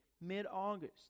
mid-August